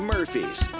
Murphys